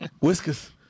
Whiskers